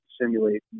simulate